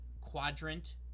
Quadrant